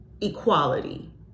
equality